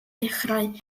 ddechrau